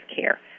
care